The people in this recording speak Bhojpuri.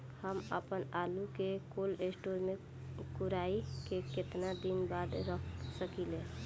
हम आपनआलू के कोल्ड स्टोरेज में कोराई के केतना दिन बाद रख साकिले?